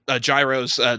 Gyro's